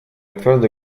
твердое